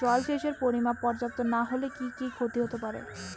জলসেচের পরিমাণ পর্যাপ্ত না হলে কি কি ক্ষতি হতে পারে?